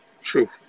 True